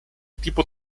tipo